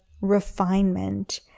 refinement